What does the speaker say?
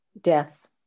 death